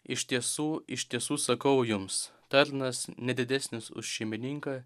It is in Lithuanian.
iš tiesų iš tiesų sakau jums tarnas ne didesnis už šeimininką